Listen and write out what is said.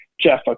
Jeff